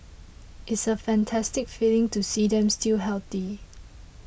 it's a fantastic feeling to see them still healthy